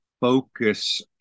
focus